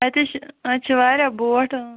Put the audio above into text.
اَتہِ حظ چھِ اَتہِ چھِ واریاہ بوٹ اۭں